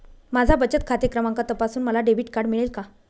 माझा बचत खाते क्रमांक तपासून मला डेबिट कार्ड मिळेल का?